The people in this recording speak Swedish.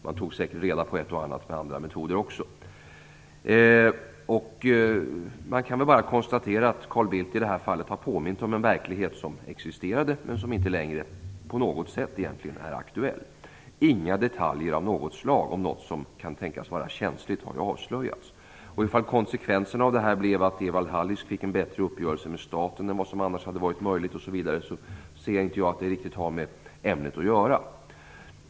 Man tog säkert dessutom reda på ett och annat. Man kan konstatera att Carl Bildt i det här fallet har påmint om en verklighet som existerade men som inte längre är aktuell. Inga detaljer av något slag om något som kan tänkas vara känsligt har avslöjats. Om konsekvenserna av detta blev att Evald Hallisk fick en bättre uppgörelse med staten än vad som annars hade varit möjligt, ser jag inte att det har med ämnet att göra.